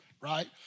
right